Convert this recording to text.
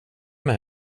med